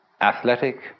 athletic